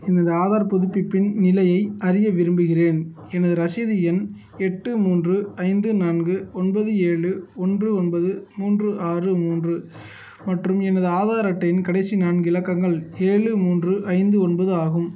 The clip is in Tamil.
எனது ஆதார் புதுப்பிப்பின் நிலையை அறிய விரும்புகிறேன் எனது ரசீது எண் எட்டு மூன்று ஐந்து நான்கு ஒன்பது ஏழு ஒன்று ஒன்பது மூன்று ஆறு மூன்று மற்றும் எனது ஆதார் அட்டையின் கடைசி நான்கு இலக்கங்கள் ஏழு மூன்று ஐந்து ஒன்பது ஆகும்